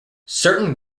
certain